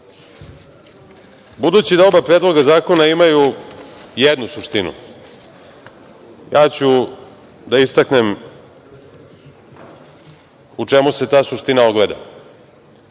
mrzimo. Budući da oba predloga zakona imaju jednu suštinu, ja ću da istaknem u čemu se ta suština ogleda.